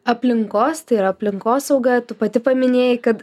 aplinkos tai yra aplinkosauga tu pati paminėjai kad